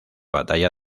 batalla